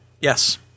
Yes